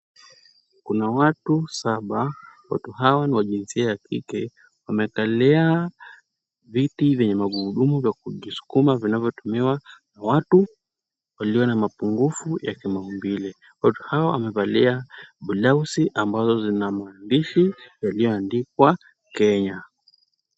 Kuna watu saba. Watu hawa ni wa jinsia ya kike. Wamekalia viti vyenye magurudumu vya kujisukuma vinavyotumiwa na watu walio na upungufu wa kimaumbile. Watu hawa wamevalia blausi ambayo vina vitu vilivyoandikwa Kenya.